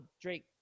Drake